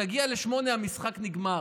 וכשתגיע ל-8, המשחק נגמר.